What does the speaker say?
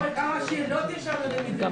אוי, כמה שאלות יש על המדינה.